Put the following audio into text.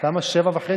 תוך שמירה על הכבוד.